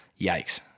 Yikes